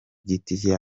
giti